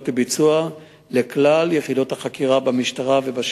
לביצוע לכלל יחידות החקירה במשטרה ובשטח.